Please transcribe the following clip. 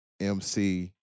MC